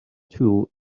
tool